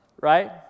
Right